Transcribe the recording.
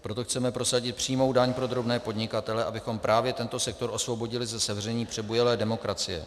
Proto chceme prosadit přímou daň pro drobné podnikatele, abychom právě tento sektor osvobodili ze sevření přebujelé demokracie.